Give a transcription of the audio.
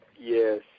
yes